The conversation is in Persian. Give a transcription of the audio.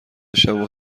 شبو